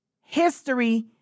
History